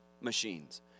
machines